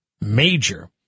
Major